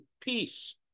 peace